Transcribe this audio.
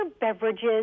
beverages